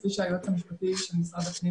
כפי שהיועץ המשפטי של משרד הפנים,